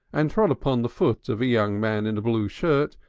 and trod upon the foot of a young man in a blue shirt,